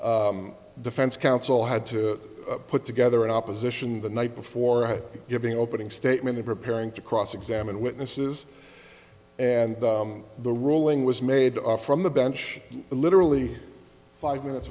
made defense counsel had to put together an opposition the night before giving opening statement in preparing to cross examine witnesses and the ruling was made from the bench literally five minutes